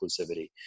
inclusivity